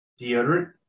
Deodorant